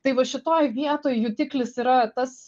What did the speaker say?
tai va šitoj vietoj jutiklis yra tas